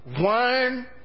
One